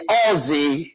Aussie